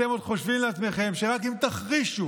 אתם עוד חושבים לעצמכם שרק אם תחרישו,